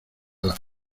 las